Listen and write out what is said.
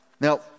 Now